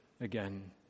again